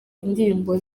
indirimbo